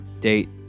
date